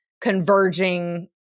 converging